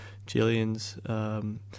Jillian's